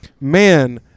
man